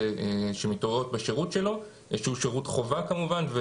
שמתעוררות בשירות שלו שהוא שירות חובה כמובן.